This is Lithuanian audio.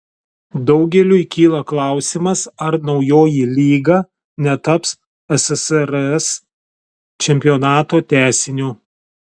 daugeliui kyla klausimas ar naujoji lyga netaps ssrs čempionato tęsiniu